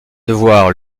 devoir